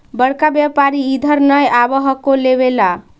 बड़का व्यापारि इधर नय आब हको लेबे ला?